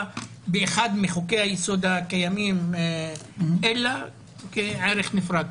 באחד מחוקי היסוד הקיימים אלא כערך נפרד.